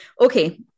okay